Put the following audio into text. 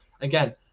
again